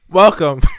Welcome